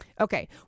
Okay